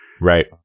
Right